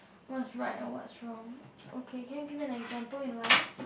what's right and what's wrong okay can you give me an example in life